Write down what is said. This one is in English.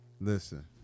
Listen